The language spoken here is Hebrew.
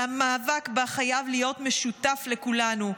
והמאבק בה חייב להיות משותף לכולנו.